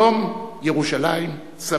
יום ירושלים שמח.